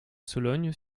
sologne